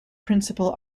principal